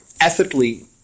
ethically